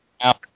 out